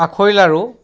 আখৈ লাড়ু